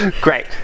great